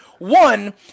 One